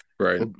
Right